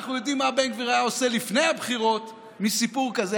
אנחנו יודעים מה בן גביר היה עושה לפני הבחירות מסיפור כזה.